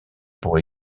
pour